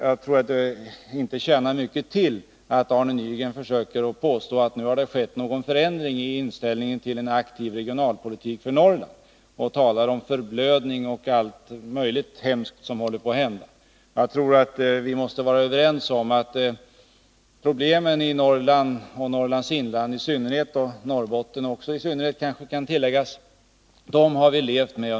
Jag tror inte att det tjänar mycket till att Arne Nygren försöker påstå att det nu skett en ändring i inställningen till en aktiv regionalpolitik för Norrland. Han talar om förblödning och allt möjligt hemskt som håller på att hända. Jag tror att vi måste vara överens om att vi under hela 1970-talet levt med problemen i Norrland och i synnerhet Norrlands inland och Norrbotten.